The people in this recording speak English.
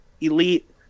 Elite